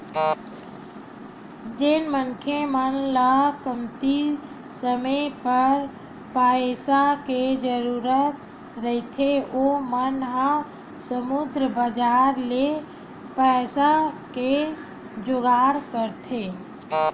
जेन मनखे मन ल कमती समे बर पइसा के जरुरत रहिथे ओ मन ह मुद्रा बजार ले पइसा के जुगाड़ करथे